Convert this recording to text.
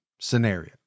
scenario